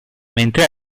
mentre